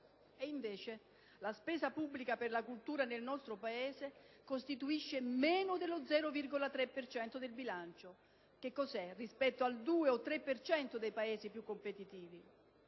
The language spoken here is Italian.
Invece, la spesa pubblica per la cultura nel nostro Paese costituisce meno dello 0,3 per cento del bilancio. Che cos'è rispetto al 2 o al 3 per cento dei Paesi più competitivi?